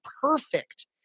perfect